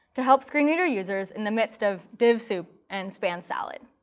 to help screen reader users in the midst of div soup and span salad.